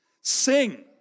sing